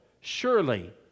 surely